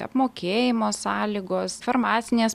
apmokėjimo sąlygos farmacinės